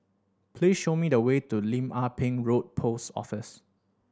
please show me the way to Lim Ah Pin Road Post Office